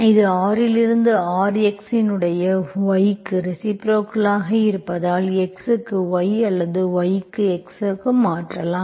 இது R இலிருந்து R x இன் y க்கு ரெசிப்ரோக்கலாக இருப்பதால் x க்கு y அல்லது y க்கு x க்கு மாற்றலாம்